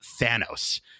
Thanos